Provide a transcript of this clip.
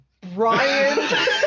Brian